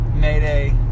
Mayday